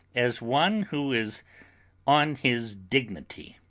as one who is on his dignity.